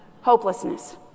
Hopelessness